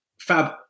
Fab